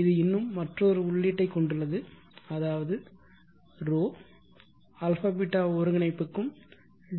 இது இன்னும் மற்றொரு உள்ளீட்டைக் கொண்டுள்ளது அதாவது 𝜌 ∝ β ஒருங்கிணைப்புக்கும்